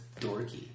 dorky